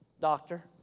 Doctor